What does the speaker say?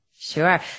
Sure